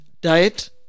Diet